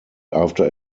after